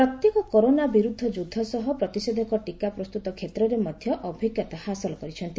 ପ୍ରତ୍ୟେକେ କରୋନା ବିରୁଦ୍ଧ ଯୁଦ୍ଧ ସହ ପ୍ରତିଷେଧକ ଟିକା ପ୍ରସ୍ତୁତ କ୍ଷେତ୍ରରେ ମଧ୍ୟ ଅଭିଜ୍ଞତା ହାସଲ କରିଛନ୍ତି